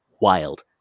wild